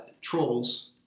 trolls